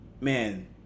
Man